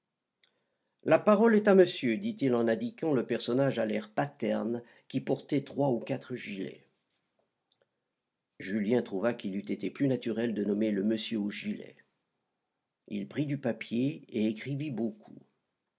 la parole est à monsieur dit-il en indiquant le personnage à l'air paterne et qui portait trois ou quatre gilets julien trouva qu'il eût été plus naturel de nommer le monsieur aux gilets il prit du papier et écrivit beaucoup